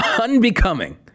Unbecoming